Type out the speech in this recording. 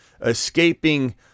Escaping